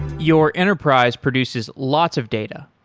your enterprise produces lots of data,